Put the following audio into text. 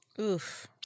Oof